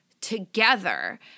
together